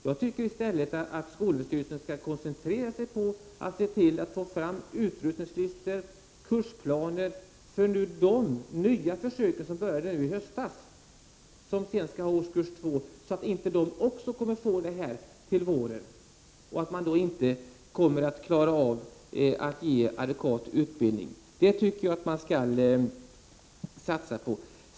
Jag tycker i stället att skolöverstyrelsen skall koncentrera sig på att få fram utrustningslistor och kursplaner för de nya försöksklasser som började i höstas, som sedan skall gå årskurs 2, så att inte de också får vänta till våren — då går det inte att ge adekvat utbildning. Det tycker jag att man skall satsa på.